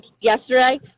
yesterday